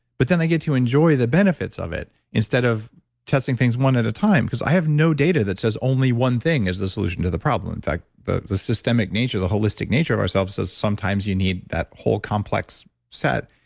but then i get to enjoy the benefits of it. instead of testing things one at a time, because i have no data that says only one thing is the solution to the problem. in fact, the the systemic nature, the holistic nature of ourselves is that sometimes you need that whole complex set.